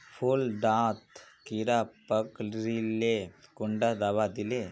फुल डात कीड़ा पकरिले कुंडा दाबा दीले?